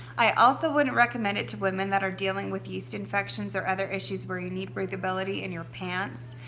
i also wouldn't recommend it to women that are dealing with yeast infections or other issues where you need breathability in your pants.